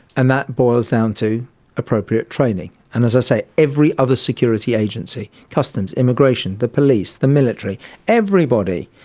and that boils down to appropriate training. and as i say, every other security agency customs, immigration, the police, the military everybody,